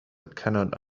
cannot